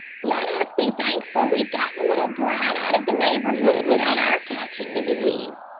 let us be thankful we've got the little brat out of the neighbourhood without our catching the disease.